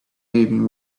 living